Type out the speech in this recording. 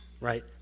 right